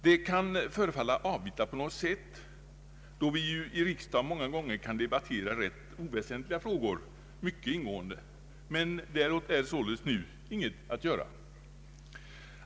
Det kan förefalla avvita på något sätt, då vi ju i riksdagen många gånger kan debattera rätt oväsentliga frågor mycket ingående. Men däråt är således nu ingenting att göra.